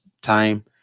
time